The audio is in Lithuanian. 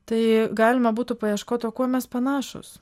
tai galima būtų paieškot o kuo mes panašūs